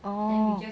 orh